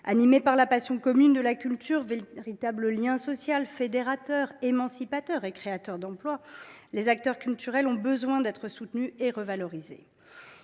Animés par la passion commune de la culture, véritable lien social fédérateur et émancipateur et secteur créateur d’emplois, les acteurs culturels ont besoin d’être soutenus et revalorisés.